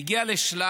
זה הגיע לשלב,